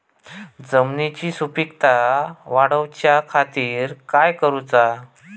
जमिनीची सुपीकता वाढवच्या खातीर काय करूचा?